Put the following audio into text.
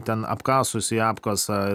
ten apkasus į apkasą